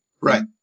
Right